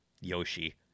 Yoshi